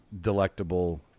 Delectable